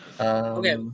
Okay